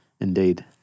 Indeed